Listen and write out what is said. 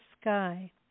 sky